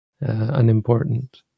unimportant